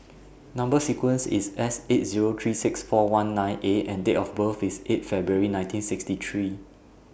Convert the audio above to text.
Number sequence IS S eight Zero three six four one nine A and Date of birth IS eight February nineteen sixty three